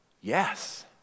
Yes